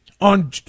on